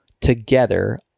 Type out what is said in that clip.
together